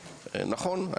נכון,